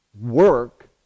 work